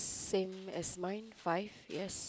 same as mine five yes